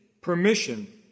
permission